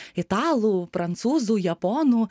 italų prancūzų japonų